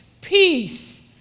peace